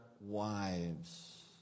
wives